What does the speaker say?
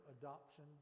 adoption